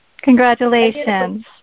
Congratulations